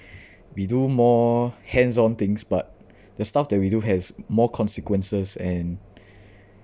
we do more hands on things but the stuff that we do has more consequences and